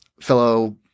fellow